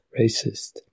racist